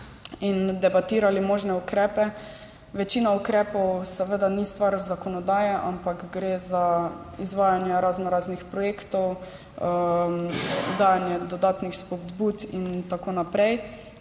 in debatirali možne ukrepe. Večina ukrepov seveda ni stvar zakonodaje, ampak gre za izvajanje raznoraznih projektov, dajanje dodatnih spodbud in tako naprej.